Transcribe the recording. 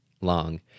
long